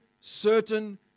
certain